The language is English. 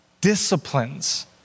disciplines